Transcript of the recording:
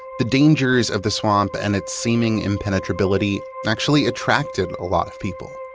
the dangers of the swamp and its seeming impenetrability actually attracted a lot of people,